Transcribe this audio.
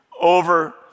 over